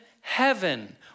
heaven